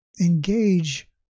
engage